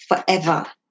forever